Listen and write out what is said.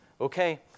Okay